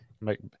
Make